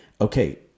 Okay